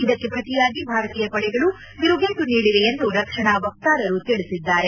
ಇದಕ್ಕೆ ಪ್ರತಿಯಾಗಿ ಭಾರತೀಯ ಪಡೆಗಳು ತಿರುಗೇಟು ನೀಡಿವೆ ಎಂದು ರಕ್ಷಣಾ ವಕ್ತಾರರು ತಿಳಿಸಿದ್ದಾರೆ